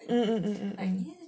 mm mm